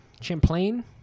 Champlain